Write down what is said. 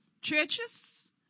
churches